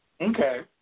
Okay